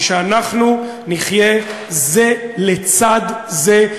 היא שאנחנו נחיה זה לצד זה,